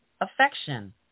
affection